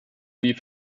wie